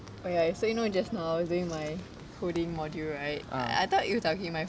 oh ya so you know just now during my coding module right I thought you